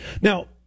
Now